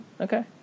Okay